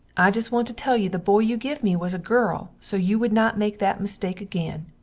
i just want to tell you the boy you give me was a girl so you wood not make that mistake agen.